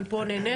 אני פה נהנית,